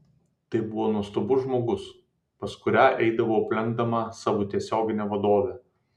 tai buvo nuostabus žmogus pas kurią eidavau aplenkdama savo tiesioginę vadovę